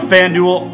FanDuel